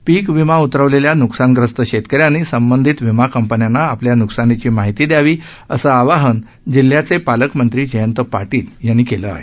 पिक विमा उतरवलेल्या न्कसानग्रस्त शेतकऱ्यांनी संबंधित विमा कंपन्यांना आपल्या नुकसानीची माहिती द्यावी असं आवाहन जिल्ह्याचे पालकमंत्री जयंत पाटील यांनी केलं आहे